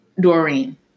Doreen